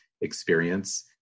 experience